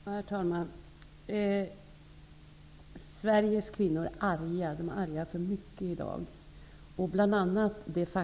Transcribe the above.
Herr talman! Sveriges kvinnor är i dag arga över mycket.